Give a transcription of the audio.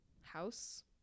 house